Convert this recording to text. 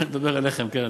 אני מדבר אליכם, כן?